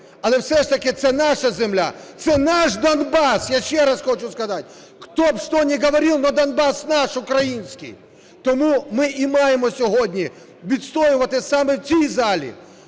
але все ж таки це наша земля, це наш Донбас, я ще раз хочу сказати, кто что бы не говорил, но Донбасс наш, украинский. Тому ми і маємо сьогодні відстоювати саме в цій залі